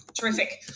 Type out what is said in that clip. Terrific